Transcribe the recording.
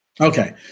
Okay